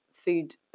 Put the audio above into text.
food